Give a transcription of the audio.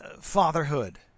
fatherhood